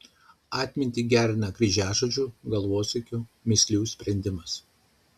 atmintį gerina kryžiažodžių galvosūkių mįslių sprendimas